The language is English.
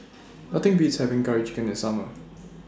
Nothing Beats having Curry Chicken in The Summer